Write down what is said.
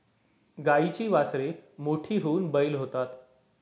गाईची वासरे मोठी होऊन बैल होतात